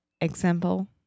example